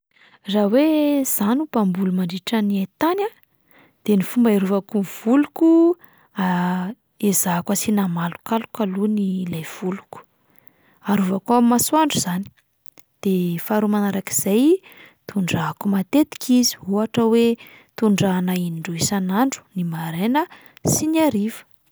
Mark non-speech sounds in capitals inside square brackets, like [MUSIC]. Raha hoe izaho no mpamboly mandritra ny hain-tany a, de ny fomba hiarovako ny voliko [HESITATION] ezahako asiana malokaloka aloha ny- ilay voliko, arovako amin'ny masoandro izany, de faharoa manarak'izay tondrahako matetika izy ohatra hoe tondrahana indroa isan'andro, ny maraina sy ny hariva.